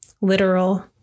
literal